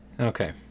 Okay